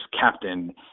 captain